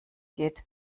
geht